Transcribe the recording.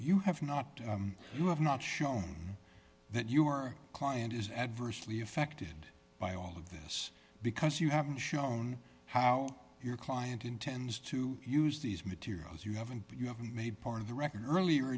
you have not you have not shown that your client is adversely affected by all of this because you haven't shown how your client intends to use these materials you haven't but you have been made part of the record earlier